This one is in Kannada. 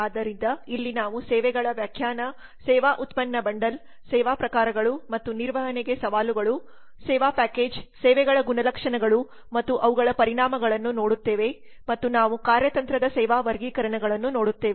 ಆದ್ದರಿಂದ ಇಲ್ಲಿ ನಾವು ಸೇವೆಗಳ ವ್ಯಾಖ್ಯಾನ ಸೇವಾ ಉತ್ಪನ್ನ ಬಂಡಲ್ ಸೇವಾ ಪ್ರಕಾರಗಳು ಮತ್ತು ನಿರ್ವಹಣೆಗೆ ಸವಾಲುಗಳು ಸೇವಾ ಪ್ಯಾಕೇಜ್ ಸೇವೆಗಳ ಗುಣಲಕ್ಷಣಗಳು ಮತ್ತು ಅವುಗಳ ಪರಿಣಾಮಗಳನ್ನು ನೋಡುತ್ತೇವೆ ಮತ್ತು ನಾವು ಕಾರ್ಯತಂತ್ರದ ಸೇವಾ ವರ್ಗೀಕರಣಗಳನ್ನು ನೋಡುತ್ತೇವೆ